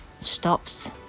stops